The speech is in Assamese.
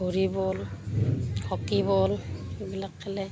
ভলীবল হকী বল এইবিলাক খেলে